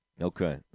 Okay